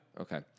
Okay